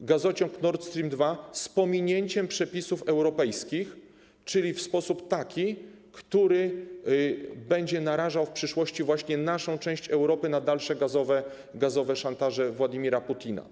gazociąg Nord Stream 2 z pominięciem przepisów europejskich, czyli w sposób taki, który będzie narażał w przyszłości właśnie naszą część Europy na dalsze gazowe szantaże Władimira Putina.